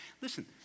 Listen